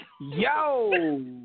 Yo